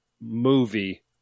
movie